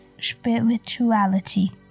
spirituality